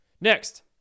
Next